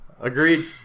agreed